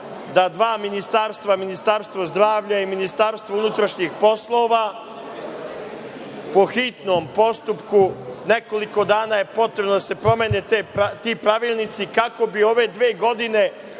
da dva ministarstva, Ministarstvo zdravlja i Ministarstvo unutrašnjih poslova po hitnom postupku, nekoliko dana je potrebno da se promene ti pravilnici kako bi ove dve godine